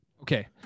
Okay